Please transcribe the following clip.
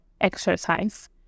exercise